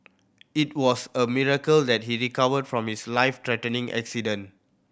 it was a miracle that he recovered from his life threatening accident